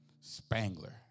Spangler